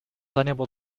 unable